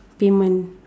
payment